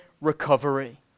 recovery